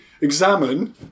examine